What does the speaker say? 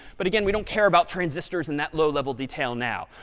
but again, we don't care about transistors in that low level detail now.